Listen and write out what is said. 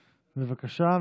בבקשה,